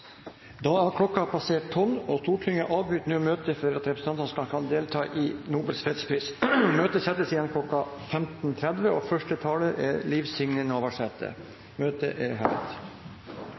Da er klokken passert 12, og Stortinget avbryter nå møtet for at representantene skal kunne delta i Nobels fredspris. Møtet settes igjen kl. 15.30 – første taler er Liv Signe Navarsete. Møtet